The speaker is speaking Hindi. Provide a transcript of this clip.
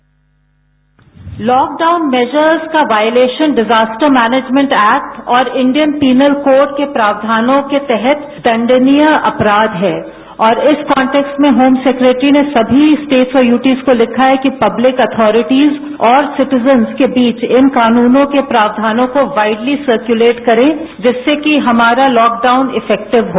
बाईट लॉक डाउन मैजर्स का वायलेशन डिजास्टर मैनेजमेंट एक्ट और इंडियन पीनल कोड के प्रावधानों के तहत दण्डनीय अपराध है और इस कांनटेक्स्ट में होम सेक्रेट्री ने सभी स्टेट्स और यूटीज को लिखा है कि पब्लिक एथॉरिटीज और सीटिजंस के बीच इन कानूनों के प्रावधानों को वाइडली सरक्युलेट करें जिससे कि हमारा लॉकडाउन इफेक्टिव हो